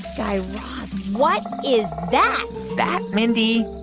guy raz, what is that? so that, mindy,